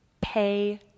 Pay